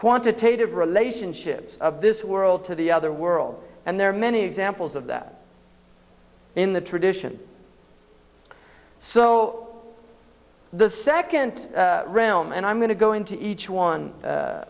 quantitative relationship of this world to the other world and there are many examples of that in the tradition so the second realm and i'm going to go into each one